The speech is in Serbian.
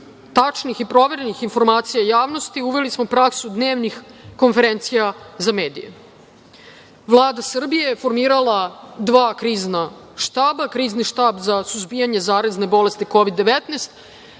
tačnih i proverenih informacija javnosti, uveli smo praksu dnevnih konferencija za medije. Vlada Srbije je formirala dva krizna štaba, Krizni štab za suzbijanje zarazne bolesti Kovid – 19,